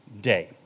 day